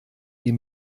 die